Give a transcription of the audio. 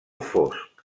fosc